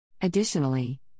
Additionally